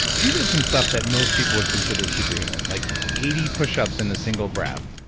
you did some stuff that most people would consider superhuman like eighty pushups in a single breath,